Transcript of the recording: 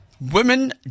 Women